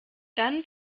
dann